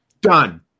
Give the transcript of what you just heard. done